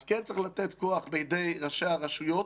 אז כן צריך לתת כוח בידי ראשי הרשויות